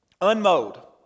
unmowed